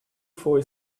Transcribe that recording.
for